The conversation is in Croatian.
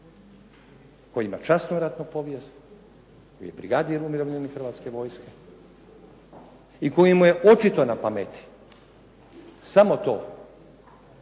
koji ima časnu ratnu povijest, koji je brigadir umirovljen od Hrvatske vojske i kojemu je očito na pameti samo to